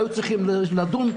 היו צריכים לדון,